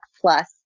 plus